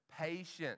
patience